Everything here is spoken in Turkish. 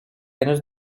henüz